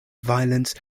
violence